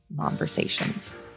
conversations